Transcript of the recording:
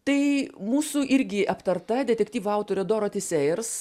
tai mūsų irgi aptarta detektyvo autorė doroti sėjers